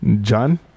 John